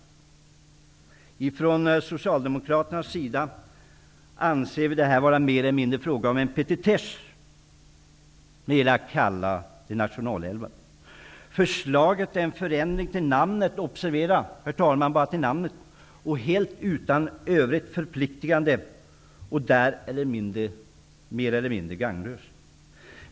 Vi från Socialdemokraterna anser att det är mer eller mindre en petitess att kalla älvarna nationalälvar. Förslaget är enbart en förändring till namnet -- observera detta, herr talman -- och helt utan övrigt förpliktigande, och därför mer eller mindre gagnlöst.